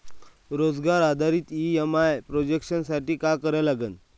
रोजगार आधारित EMI projection साठी का करा लागन?